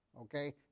okay